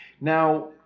Now